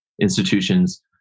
institutions